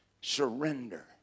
surrender